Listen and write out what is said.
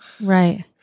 Right